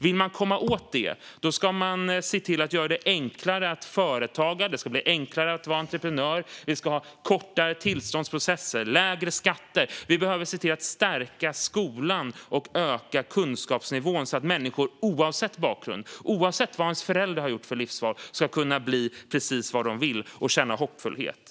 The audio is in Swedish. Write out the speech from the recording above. Vill man komma åt det ska man se till att göra det enklare att vara företagare och att vara entreprenör. Vi behöver se till att det blir kortare tillståndsprocesser och lägre skatter. Vi behöver se till att stärka skolan och öka kunskapsnivån så att människor, oavsett bakgrund och vilka livsval ens föräldrar har gjort, ska kunna bli precis vad de vill och känna hoppfullhet.